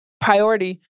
priority